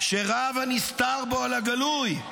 שרב הנסתר בו על הגלוי.